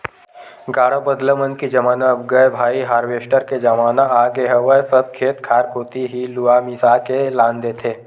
गाड़ा बदला मन के जमाना अब गय भाई हारवेस्टर के जमाना आगे हवय सब खेत खार कोती ही लुवा मिसा के लान देथे